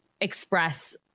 express